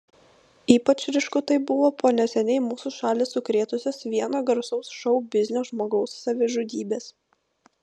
ypač ryšku tai buvo po neseniai mūsų šalį sukrėtusios vieno garsaus šou biznio žmogaus savižudybės